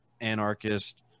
anarchist